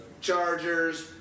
Chargers